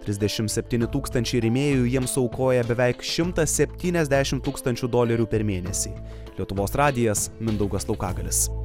trisdešimt septyni tūkstančiai rėmėjų jiems suaukoja beveik šimtą septyniasdešimt tūkstančių dolerių per mėnesį lietuvos radijas mindaugas laukagalis